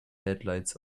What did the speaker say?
headlights